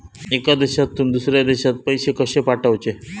एका देशातून दुसऱ्या देशात पैसे कशे पाठवचे?